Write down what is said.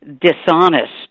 dishonest